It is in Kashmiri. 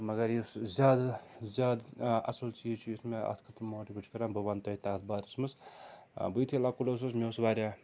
مگر یُس زیادٕ زیادٕ آ اَصٕل چیٖز چھُ یُس مےٚ اَتھ خٲطرٕ ماٹِویٹ کَران بہٕ وَنہٕ تۄہہِ تتھ بارَس منٛز بہٕ یُتھُے لۄکُٹ اوسُس مےٚ اوس واریاہ